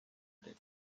tête